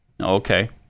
Okay